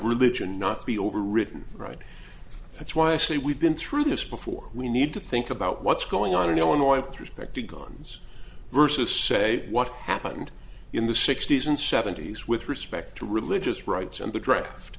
religion not be overwritten right that's why i say we've been through this before we need to think about what's going on in illinois prospective guns versus say what happened in the sixty's and seventy's with respect to religious rights and the draft